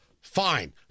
fine